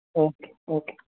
okay okay